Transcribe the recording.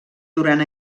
durant